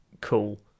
cool